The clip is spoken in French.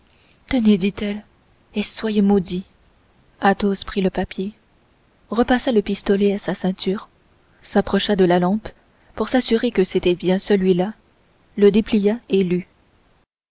tenez dit-elle et soyez maudit athos prit le papier repassa le pistolet à sa ceinture s'approcha de la lampe pour s'assurer que c'était bien celui-là le déplia et